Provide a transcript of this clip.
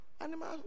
animal